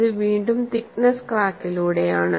ഇത് വീണ്ടും തിക്നെസ്സ് ക്രാക്കിലൂടെയാണ്